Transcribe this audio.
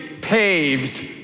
paves